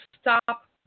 stop